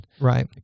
right